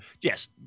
yes